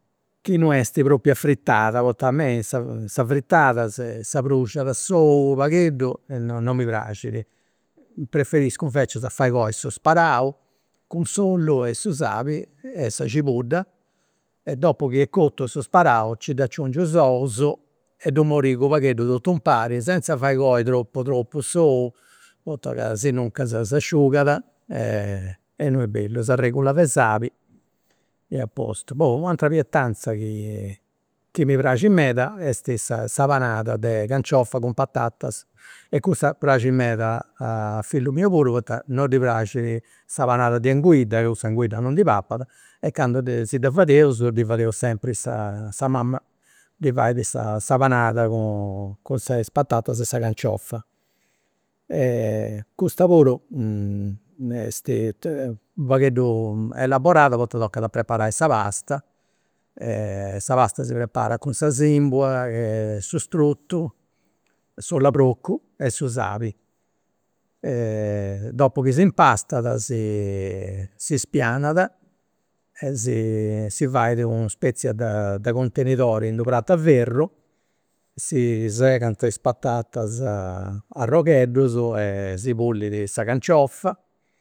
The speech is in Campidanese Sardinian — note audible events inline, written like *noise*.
Chi non est propriu a fritada poita a mei sa fritada s'abruxiada s'ou u' pagheddu e non non mi praxit, preferiscu invecias fai coi su sparau cu s'ollu e su sali e sa cibudda e dopu chi est cotu su sparau ci dd'aciungiu is ous e ddu morigu u' pagheddu totu impari senza fai coi tropu tropu s'ou poita ca asinuncas s'asciugada e non est bellu e s'aregula de sali e a postu. Poi u'atera pietanza *hesitation* chi mi praxit meda est sa sa panada de canciofa cun patatas e cussa praxit meda a fillu miu puru poita non ddi praxit sa panada de anguidda ca cussu anguidda non ndi papat e candu si dda fadeus ddi fadeus sempri sa, *hesitation* sa mama ddi fait *hesitation* sa panada cun is patatas e sa canciofa. *hesitation* custa puru est u' pagheddu elaborada poita toccat a preparai sa pasta e sa pasta si preparat cun su struttu, s'oll'e procu e su sali e dopu chi s'impastat si spianat e si si fait una spezia de contenidori in d'u' prat'e ferru, si segant is patatas arrogheddus e si pulit sa canciofa